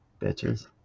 bitches